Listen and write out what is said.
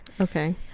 okay